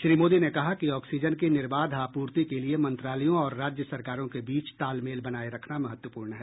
श्री मोदी ने कहा कि ऑक्सीजन की निर्बाध आपूर्ति के लिए मंत्रालयों और राज्य सरकारों के बीच तालमेल बनाए रख्ना महत्वपूर्ण है